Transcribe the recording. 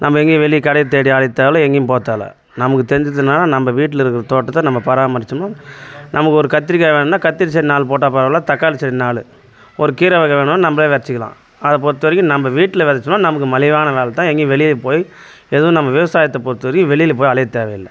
நம்ம எங்கேயும் வெளியே கடையை தேடி அலைய தேவயில எங்கேயும் போகத் தேவயில நமக்கு தெரிஞ்சதுன்னா நம்ம வீட்டில் இருக்கிற தோட்டத்தை நம்ம பராமரித்தோம்னா நமக்கு ஒரு கத்திரிக்கா வேணும்னா கத்திரிச்செடி நாலு போட்டால் பரவாயில்ல தக்காளிச்செடி ஒரு கீரை வெதை வாங்கினோம்னா நம்மளே வெதைச்சிக்கலாம் அதை பொறுத்தவரைக்கும் நம்ம வீட்டில் வெதைச்சம்னா நமக்கு மலிவான வேலைதான் எங்கேயும் வெளியே போய் எதுவும் நாம் விவசாயத்தை பொறுத்தவரைக்கும் வெளியில் போய் அலையத் தேவையில்ல